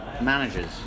managers